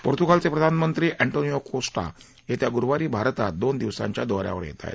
पोर्तुगालचे प्रधानमंत्री Antonio Costa येत्या गुरुवारी भारतात दोन दिवसांच्या दौ यावर येणार आहेत